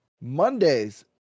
Mondays